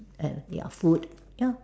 and ya food ya